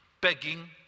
begging